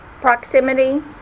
Proximity